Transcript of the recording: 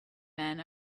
men